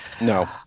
No